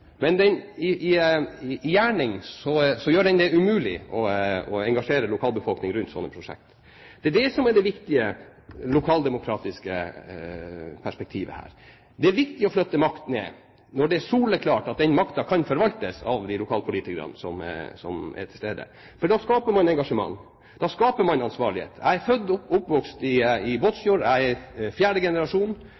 gjerning gjør man det umulig å engasjere lokalbefolkningen rundt slike prosjekter. Det er det som er det viktige lokaldemokratiske perspektivet. Det er viktig å flytte makt ned når det er soleklart at den makten kan forvaltes av de lokalpolitikerne som er til stede. Da skaper man engasjement. Da skaper man ansvarlighet. Jeg er født og oppvokst i